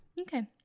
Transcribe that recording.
Okay